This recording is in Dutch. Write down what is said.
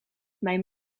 mijn